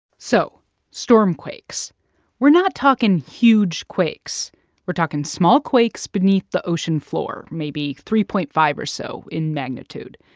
so stormquakes we're not talking huge quakes we're talking small quakes beneath the ocean floor, maybe three point five or so in magnitude,